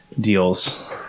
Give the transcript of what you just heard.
deals